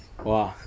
!wah!